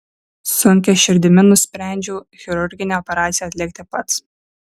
sunkia širdimi nusprendžiau chirurginę operaciją atlikti pats